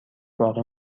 باقی